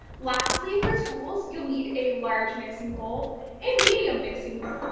lastly, for tools you'll need a large mixing bowl a medium mixing bowl,